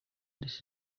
this